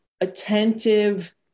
attentive